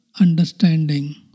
understanding